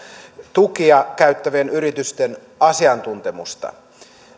tukea käyttävien yritysten asiantuntemusta